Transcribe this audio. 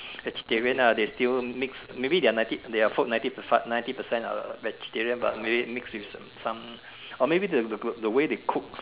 vegetarian ah they still mix maybe they are ninety they are food ninety to fart ninety percent are vegetarian but maybe mix with some or maybe the the way they cook